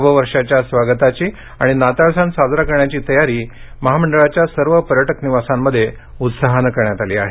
नव वर्षाच्या स्वागताची आणि नाताळ सण साजरा करण्याची तयारी महामंडळाच्या सर्व पर्यटक निवासांमध्ये उत्साहाने करण्यात आली आहे